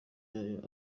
yayo